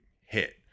hit